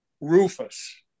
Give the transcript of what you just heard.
Rufus